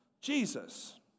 Jesus